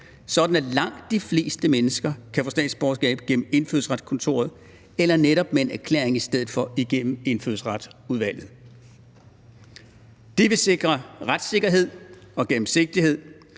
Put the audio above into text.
sådan at langt de fleste mennesker kan få statsborgerskab gennem Indfødsretskontoret eller netop med en erklæring i stedet for igennem Indfødsretsudvalget. Det vil sikre retssikkerhed og gennemsigtighed.